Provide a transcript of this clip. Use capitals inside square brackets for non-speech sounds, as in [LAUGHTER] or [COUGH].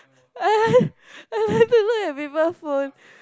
[LAUGHS] I I like to look at people phone